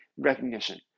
Recognition